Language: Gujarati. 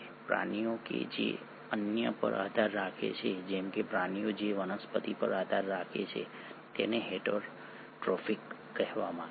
પ્રાણીઓ કે જે અન્ય પર આધાર રાખે છે જેમ કે પ્રાણીઓ જે વનસ્પતિ પર આધાર રાખે છે તેને હેટરોટ્રોફિક કહેવામાં આવે છે